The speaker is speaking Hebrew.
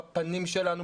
בפנים שלנו,